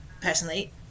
personally